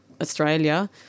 Australia